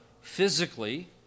physically